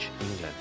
England